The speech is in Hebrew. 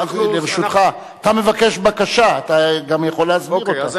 לרשותך, אתה מבקש בקשה, אתה גם יכול להסביר אותה.